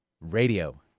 radio